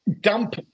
dump